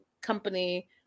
company